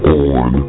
on